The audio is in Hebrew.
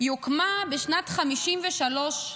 היא הוקמה בשנת 1953,